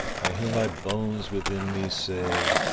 i hear my bones within me say,